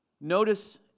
Notice